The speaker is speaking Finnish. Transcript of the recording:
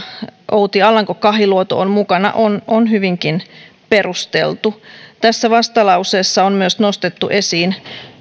outi alanko kahiluoto on mukana on on hyvinkin perusteltu tässä vastalauseessa on nostettu esiin